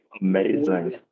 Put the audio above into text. Amazing